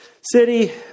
city